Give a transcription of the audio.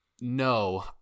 No